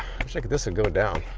wish like this would go down.